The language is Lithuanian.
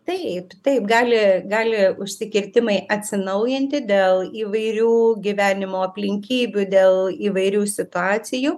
taip taip gali gali užsikirtimai atsinaujinti dėl įvairių gyvenimo aplinkybių dėl įvairių situacijų